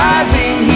Rising